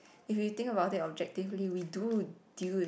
if you think about it objectively we do deal with